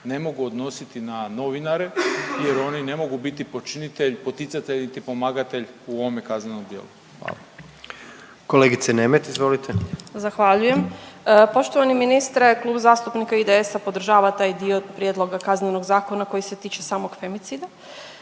ne mogu odnositi na novinare, jer oni ne mogu biti počinitelj, poticatelj niti pomagatelj u ovome kaznenom djelu. Hvala. **Jandroković, Gordan (HDZ)** Kolegice Nemet, izvolite. **Nemet, Katarina (IDS)** Zahvaljujem. Poštovani ministre, Klub zastupnika IDS-a podržava taj dio prijedloga Kaznenog zakona koji se tiče samog femicida.